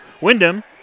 Wyndham